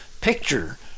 picture